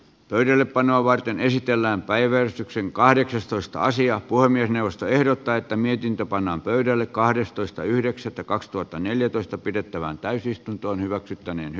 pöydällepanoa varten esitellään päiväystyksen kahdeksastoista sija puhemiesneuvosto ehdottaa että mietintö pannaan pöydälle kahdestoista yhdeksättä kaksituhattaneljätoista pidettävään täysistuntoon vakituinen